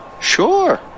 Sure